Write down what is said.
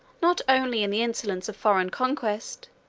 not only in the insolence of foreign conquest,